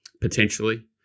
potentially